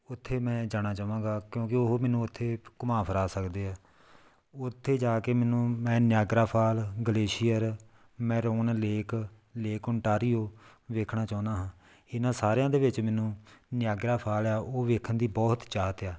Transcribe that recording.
ਉੱਥੇ ਮੈਂ ਜਾਣਾ ਚਾਹਵਾਂਗਾ ਕਿਉਂਕਿ ਉਹ ਮੈਨੂੰ ਉੱਥੇ ਘੁੰਮਾ ਫਿਰਾ ਸਕਦੇ ਆ ਉੱਥੇ ਜਾ ਕੇ ਮੈਨੂੰ ਮੈਂ Niagara fall glacier moraine lake lake Ontario ਦੇਖਣਾ ਚਾਹੁੰਦਾ ਹਾਂ ਇਹਨਾਂ ਸਾਰਿਆਂ ਦੇ ਵਿੱਚ ਮੈਨੂੰ ਨਿਆਗਰਾ ਫਾਲ ਆ ਉਹ ਦੇਖਣ ਦੀ ਬਹੁਤ ਚਾਹਤ ਆ